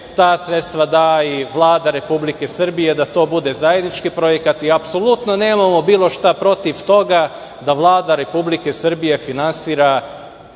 ta sredstva da i Vlada Republike Srbije da to bude zajednički projekat i apsolutno nemamo bilo šta protiv toga da Vlada Republike Srbije finansira